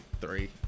three